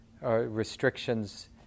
restrictions